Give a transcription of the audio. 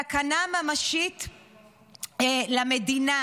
סכנה ממשית למדינה,